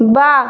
বা